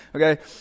Okay